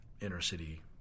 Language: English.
inner-city